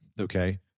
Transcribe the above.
Okay